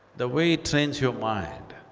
the way it trains your mind,